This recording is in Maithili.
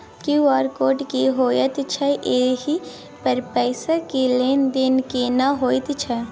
क्यू.आर कोड की होयत छै एहि पर पैसा के लेन देन केना होयत छै?